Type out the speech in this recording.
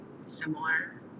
similar